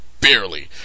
barely